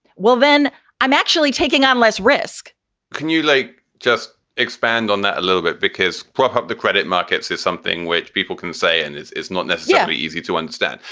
well, then i'm actually taking on less risk can you, like, just expand on that a little bit? because prop up the credit markets is something which people can say and it's not necessarily easy to understand.